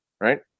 right